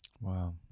Wow